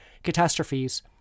Catastrophes